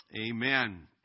Amen